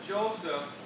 Joseph